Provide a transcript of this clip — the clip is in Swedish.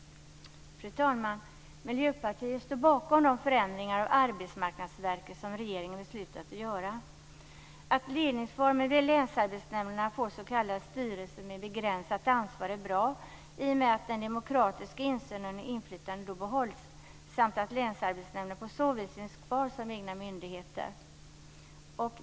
Fru talman! Miljöpartiet står bakom de förändringar av Arbetsmarknadsverket som regeringen har beslutat att göra. Att ledningsformen vid länsarbetsnämnderna får s.k. styrelse med begränsat ansvar är bra i och med att den demokratiska insynen och inflytandet då behålls samt att länsarbetsnämnderna på så vis finns kvar som egna myndigheter.